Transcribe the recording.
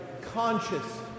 conscious